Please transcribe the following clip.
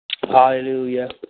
Hallelujah